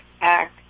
act